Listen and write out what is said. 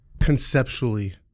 conceptually